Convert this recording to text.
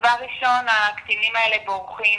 דבר ראשון, הקטינים האלה בורחים